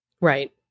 Right